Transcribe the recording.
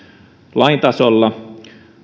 lain tasolla